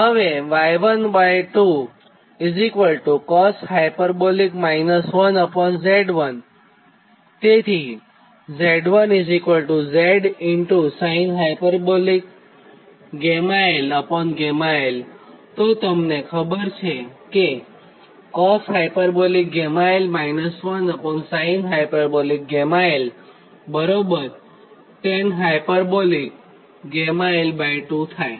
તેથી Z1 Z sin hγl γl તો જેવું કે તમને ખબર છે કે coshγl 1 sin hγl બરાબર tan hγl 2 થાય